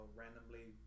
randomly